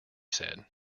said